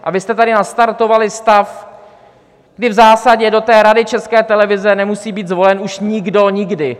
A vy jste tady nastartovali stav, kdy v zásadě do Rady České televize nemusí být zvolen už nikdo nikdy.